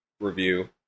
review